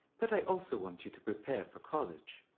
but i also want you to prepare for college.